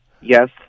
yes